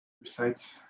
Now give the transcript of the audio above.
recite